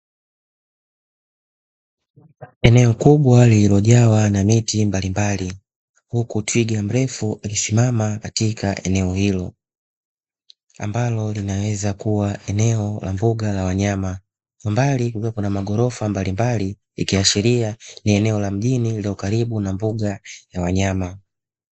Eneo kubwa lililojawa na miti mbalimbali, huku Twiga mrefu akisimama katika eneo hilo ambalo linaweza kuwa eneo la mbuga la wanyama. Kwa mbali kukiwa na maghorofa mbalimbali ikiashiria ni eneo la mjini lililokaribu na mbuga ya wanyama.